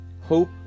hope